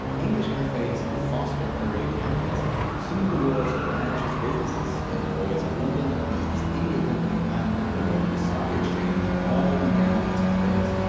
english cafes but fostered early capitalism. some of the world's and largest businesses, like llyod's of london, the east india company, and the london stock exchange, began as cafes.